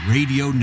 Radio